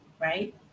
right